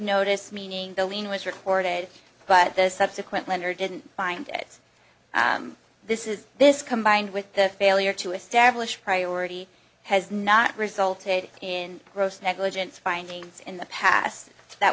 notice meaning billing was recorded but the subsequent lender didn't find it this is this combined with the failure to establish priority has not resulted in gross negligence findings in the past that